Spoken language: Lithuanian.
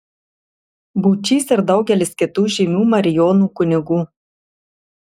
būčys ir daugelis kitų žymių marijonų kunigų